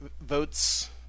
votes